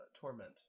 torment